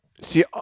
See